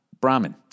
Brahmin